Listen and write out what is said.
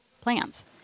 plans